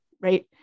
Right